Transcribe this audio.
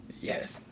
Yes